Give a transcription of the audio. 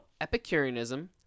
Epicureanism